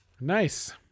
Nice